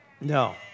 no